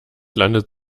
landet